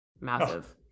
massive